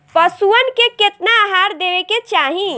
पशुअन के केतना आहार देवे के चाही?